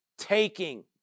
Taking